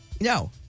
no